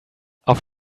auf